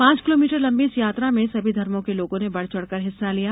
पांच किलोमीटर लंबी इस यात्रा में सभी धर्मों के लोगों ने बढ चढकर हिस्सा लिया